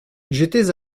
j’étais